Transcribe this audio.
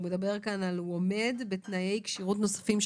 הוא אומר: הוא עומד בתנאי כשירות נוספים,